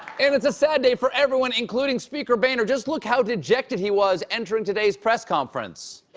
and it's a sad day for everyone, including speaker boehner. just look how dejected he was entering today's press conference.